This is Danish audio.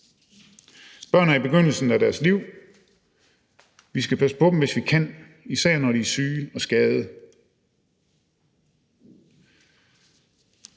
Børn er i begyndelsen af deres liv. Vi skal passe på dem, hvis vi kan, især når de er syge og skadede.